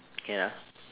can ah